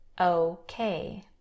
Okay